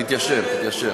תתיישר, תתיישר.